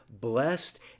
blessed